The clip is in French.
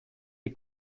est